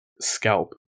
scalp